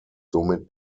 somit